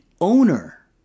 owner